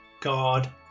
God